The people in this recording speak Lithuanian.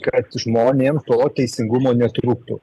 kad žmonėm to teisingumo netrūktų